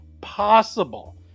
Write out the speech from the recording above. possible